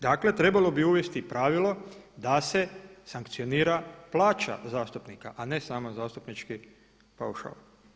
Dakle, trebalo bi uvesti pravilo da se sankcionira plaća zastupnika a ne samo zastupnički paušal.